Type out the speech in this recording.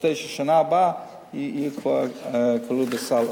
כדי שבשנה הבאה אלה כבר יהיו כלולים בסל.